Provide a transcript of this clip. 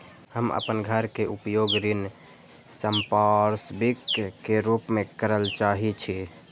हम अपन घर के उपयोग ऋण संपार्श्विक के रूप में करल चाहि छी